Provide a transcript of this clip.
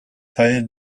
teil